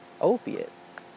opiates